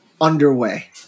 underway